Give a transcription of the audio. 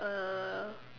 uh